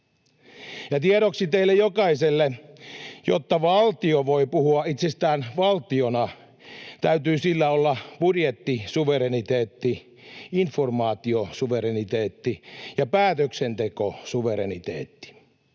tiedoksi teille jokaiselle: jotta valtio voi puhua itsestään valtiona, täytyy sillä olla budjettisuvereniteetti, informaatiosuvereniteetti ja päätöksentekosuvereniteetti.